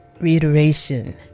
reiteration